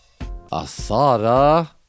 Asada